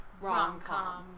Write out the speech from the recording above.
rom-com